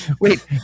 Wait